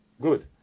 good